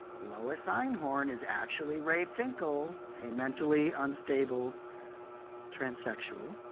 lois einhorn is actually ray finkle, a mentally unstable transsexual.